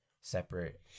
separate